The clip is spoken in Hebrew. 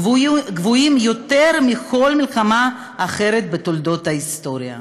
גבוהים יותר מכל מלחמה אחרת בתולדות ההיסטוריה.